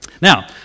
Now